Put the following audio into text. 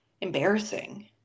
embarrassing